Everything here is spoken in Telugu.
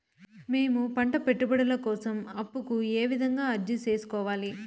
మేము పంట పెట్టుబడుల కోసం అప్పు కు ఏ విధంగా అర్జీ సేసుకోవాలి?